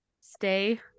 stay